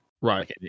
right